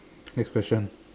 next question